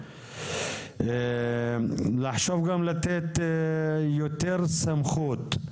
בנוסף, לחשוב לתת יותר סמכות,